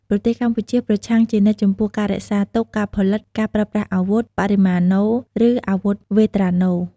ប្រទេសកម្ពុជាប្រឆាំងជានិច្ចចំពោះការរក្សាទុក ការផលិត ការប្រើប្រាស់អាវុធ បរិមាណូ ឬអាវុធវេត្រាណូ។